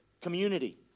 community